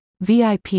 VIP